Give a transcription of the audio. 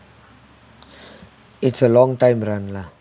it's a long time run lah